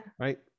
Right